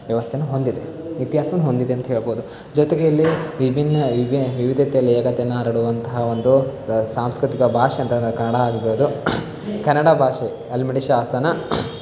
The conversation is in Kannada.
ವ್ಯವಸ್ಥೆಯನ್ನು ಹೊಂದಿದೆ ಇತಿಹಾಸವನ್ನು ಹೊಂದಿದೆ ಅಂತ ಹೇಳ್ಬೋದು ಜೊತೆಗೆ ಇಲ್ಲಿ ವಿಭಿನ್ನ ವಿವಿಧತೆಯಲ್ಲಿ ಏಕತೆಯನ್ನು ಹರಡುವಂತಹ ಒಂದು ಸಾಂಸ್ಕೃತಿಕ ಭಾಷೆ ಅಂತ ಕನ್ನಡ ಆಗಿರ್ಬೋದು ಕನ್ನಡ ಭಾಷೆ ಹಲ್ಮಿಡಿ ಶಾಸನ